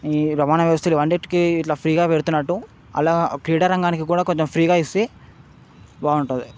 ఈ రవాణావ్యవస్థలు అన్నిటికీ ఇట్లా ఫ్రీగా పెడుతున్నట్టు అలా క్రీడారంగానికి కూడా కొంచెం ఫ్రీగా ఇస్తే బాగుంటుంది